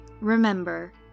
Remember